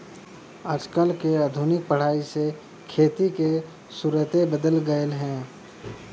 आजकल के आधुनिक पढ़ाई से खेती के सुउरते बदल गएल ह